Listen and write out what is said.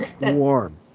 warm